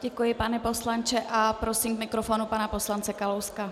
Děkuji, pane poslanče, a prosím k mikrofonu pana poslance Kalouska.